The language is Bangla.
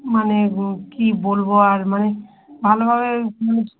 মানে কী বলব আর মানে ভালোভাবে মানে